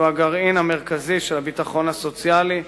שהוא הגרעין המרכזי של הביטחון הסוציאלי,